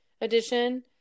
Edition